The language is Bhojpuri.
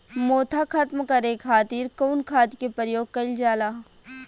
मोथा खत्म करे खातीर कउन खाद के प्रयोग कइल जाला?